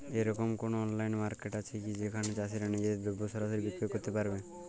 এরকম কোনো online market আছে কি যেখানে চাষীরা নিজেদের দ্রব্য সরাসরি বিক্রয় করতে পারবে?